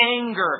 anger